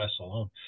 alone